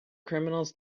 criminals